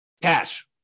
Cash